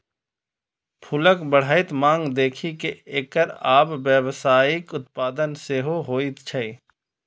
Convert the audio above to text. फूलक बढ़ैत मांग देखि कें एकर आब व्यावसायिक उत्पादन सेहो होइ छै